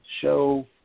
show